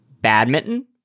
badminton